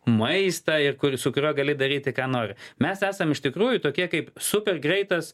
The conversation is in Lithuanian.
maistą ir kurį su kuriuo gali daryti ką nori mes esam iš tikrųjų tokie kaip super greitas